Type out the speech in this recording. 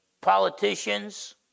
politicians